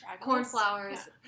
cornflowers